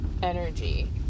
Energy